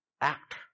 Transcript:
Act